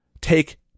Take